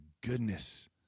goodness